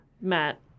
Matt